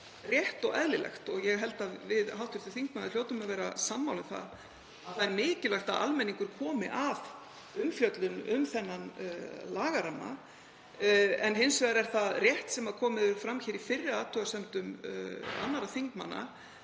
rétt og eðlilegt, og ég held að við hv. þingmaður hljótum að vera sammála um það, að það er mikilvægt að almenningur komi að umfjöllun um þennan lagaramma. En hins vegar er það rétt sem komið hefur fram í fyrri athugasemdum annarra þingmanna